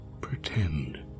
pretend